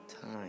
time